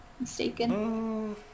mistaken